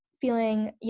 feeling